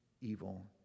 evil